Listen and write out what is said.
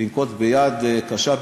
לנקוט יד קשה,